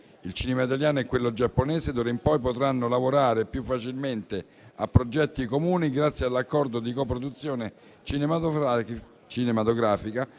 Il cinema italiano e quello giapponese d'ora in poi potranno lavorare più facilmente a progetti comuni grazie all'Accordo di coproduzione cinematografica